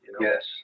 Yes